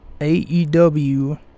AEW